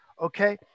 okay